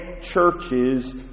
churches